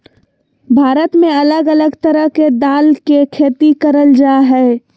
भारत में अलग अलग तरह के दाल के खेती करल जा हय